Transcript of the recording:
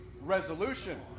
resolution